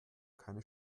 keine